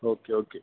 okay okay